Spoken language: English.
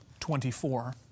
24